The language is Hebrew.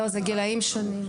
לא, אלה גילאים שונים.